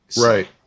right